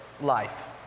life